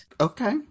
Okay